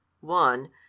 one